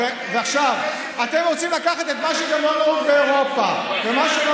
אתם רוצים לקחת את מה שלא נהוג באירופה ומה שלא